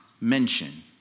mention